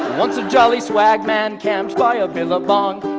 once a jolly swagman camped by a billabong.